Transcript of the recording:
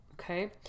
Okay